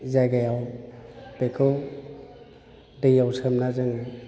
जायगायाव बेखौ दैयाव सोमना जोङो